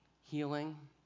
healing